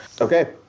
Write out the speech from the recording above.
Okay